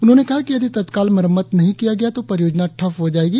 उन्होंने कहा कि यदि तत्काल मरम्मत नही किया गया तो परियोजना ठप हो जाएगी